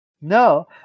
No